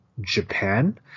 Japan